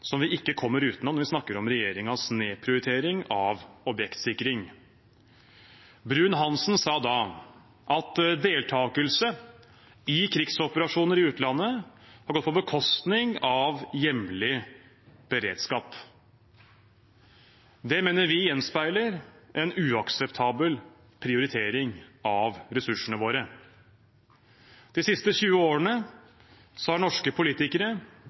som vi ikke kommer utenom når vi snakker om regjeringens nedprioritering av objektsikring. Bruun-Hanssen sa da at deltakelse i krigsoperasjoner i utlandet har gått på bekostning av hjemlig beredskap. Det mener vi gjenspeiler en uakseptabel prioritering av ressursene våre. De siste 20 årene har norske politikere